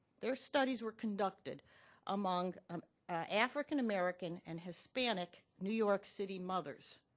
their studies were conducted among um african-american and hispanic new york city mothers.